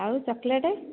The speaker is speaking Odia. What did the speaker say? ଆଉ ଚକୋଲେଟ୍